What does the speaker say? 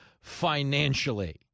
Financially